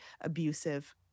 abusive